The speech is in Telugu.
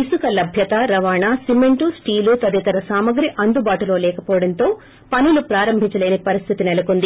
ఇసుక లభ్యతరవాణా సిమెంట్ స్టీలు తదితర సామగ్రి అందుబాటులో లేకపోవడంతో పనులు ప్రారంభించలేని పరిస్టితి నెలకొంది